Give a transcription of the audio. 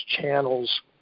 channels